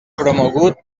promogut